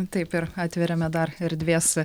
taip ir atveriame dar erdvės